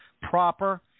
proper